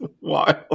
wild